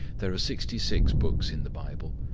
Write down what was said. there are sixty-six books in the bible,